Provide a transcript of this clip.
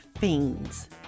Fiends